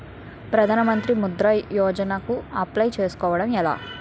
ప్రధాన మంత్రి ముద్రా యోజన కు అప్లయ్ చేసుకోవటం ఎలా?